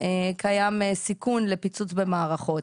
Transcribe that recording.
קיים סיכון לפיצוץ במערכות.